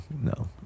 no